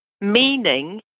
meaning